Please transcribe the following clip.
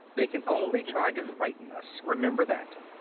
they can only try to frighten us. remember that.